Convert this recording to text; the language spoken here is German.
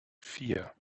vier